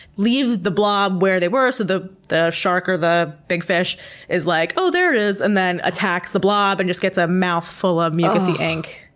leave the blob where they were, so the the shark or the big fish is like, oh, there it is, and then attacks the blob and just gets a mouthful of mucousy ink.